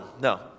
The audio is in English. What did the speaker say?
No